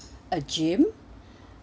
a gym